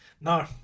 No